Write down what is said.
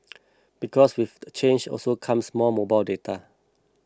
because with the change also comes more mobile data